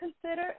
consider